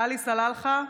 עלי סלאלחה,